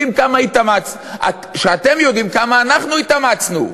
יודעים כמה אתם יודעים כמה אנחנו התאמצנו.